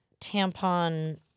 tampon